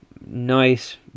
nice